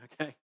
okay